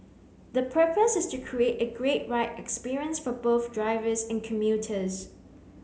the purpose is to create a great ride experience for both drivers and commuters